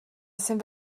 jsem